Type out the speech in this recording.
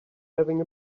having